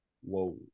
Whoa